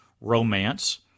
romance